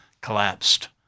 collapsed